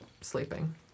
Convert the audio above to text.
sleeping